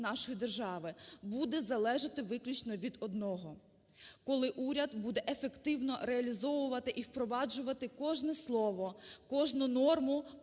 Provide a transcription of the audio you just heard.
нашої держави, буде залежати виключно від одного, коли уряд буде ефективно реалізовувати і впроваджувати кожне слово, кожну норму